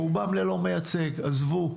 רובם ללא מייצג, עזבו.